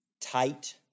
Tight